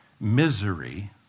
misery